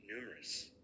numerous